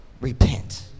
repent